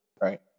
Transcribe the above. Right